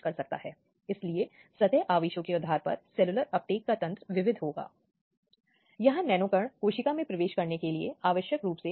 यह कहा गया है कि अधिमानतः यह निवास स्थान होना चाहिए जहां महिलाओं को उपस्थित होना आवश्यक है